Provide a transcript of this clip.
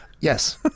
Yes